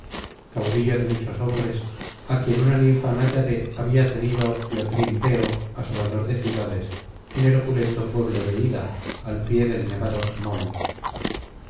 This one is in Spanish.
caudillo de muchos hombres á quien una ninfa náyade había tenido de otrinteo asolador de ciudades en el opulento pueblo de hida al pie del nevado tmolo